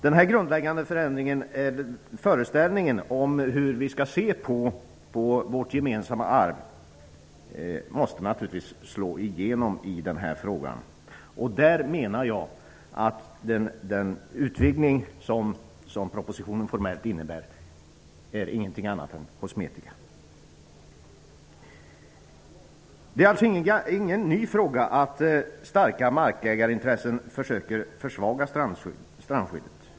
Denna grundläggande föreställning om hur vi skall se på vårt gemensamma arv måste naturligtvis slå igenom i den här frågan. Jag menar att den utvidgning som propositionen formellt innebär inte är någonting annat än kosmetika. Det är alltså ingen ny fråga att starka markägarintressen försöker försvaga strandskyddet.